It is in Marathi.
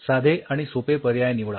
साधे आणि सोपे पर्याय निवडा